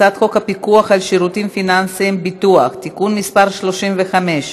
הצעת חוק הפיקוח על שירותים פיננסיים (ביטוח) (תיקון מס' 35)